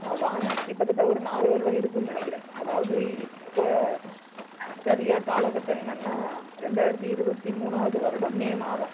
நான் வாங்கி கிட்டத்தட்ட ஒரு நாலு வருடம் இருக்கும்னு நினைக்கிற அதாவது இப்போ சரியாக காலகட்டம் என்னென்னா ரெண்டாயிரத்தி இருபத்தி மூணாவது வருடம் மே மாதம்